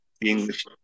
English